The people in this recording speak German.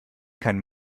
kein